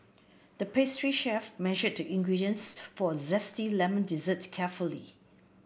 the pastry chef measured the ingredients for a zesty lemon dessert carefully